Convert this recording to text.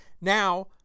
Now